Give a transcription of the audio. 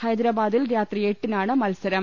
ഹൈദരാബാദിൽ രാത്രി എട്ടിനാണ് മത്സരം